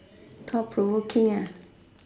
thought provoking ah